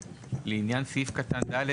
ולעניין סעיף קטן ד',